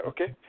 Okay